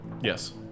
Yes